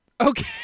Okay